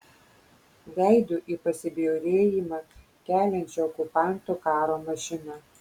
veidu į pasibjaurėjimą keliančią okupanto karo mašiną